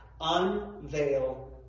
unveil